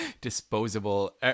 disposable